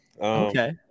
Okay